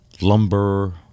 lumber